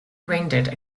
rendered